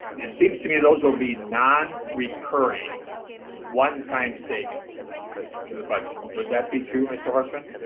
it seems to me those will be non-recurring one time savings to the budget, would that be true mr. horstman?